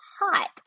hot